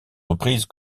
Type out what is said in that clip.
reprise